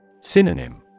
Synonym